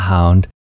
Hound